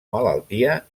malaltia